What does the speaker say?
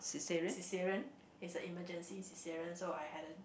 cesarean it's a emergency cesarean so I had a